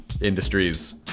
industries